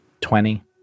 Twenty